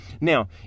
Now